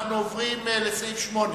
אנחנו עוברים לסעיף 8,